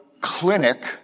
clinic